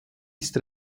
ist